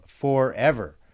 forever